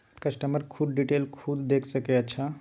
customer खुद detail खुद देख सके अच्छा